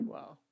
Wow